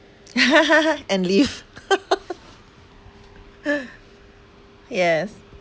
and leave yes